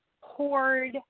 hoard